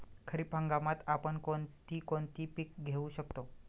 खरीप हंगामात आपण कोणती कोणती पीक घेऊ शकतो?